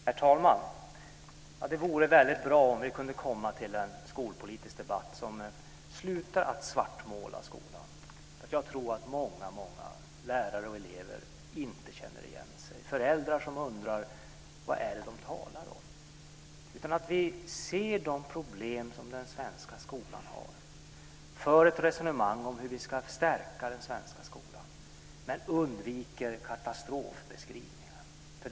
Herr talman! Det vore bra om vi kunde komma till en skolpolitisk debatt som slutar att svartmåla skolan. Jag tror att många lärare och elever inte känner igen sig. Föräldrar undrar vad det är man talar om. Vi ska se de problem den svenska skolan har. Vi ska föra ett resonemang om hur vi ska stärka den svenska skolan, men vi ska undvika katastrofbeskrivningar.